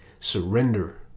surrender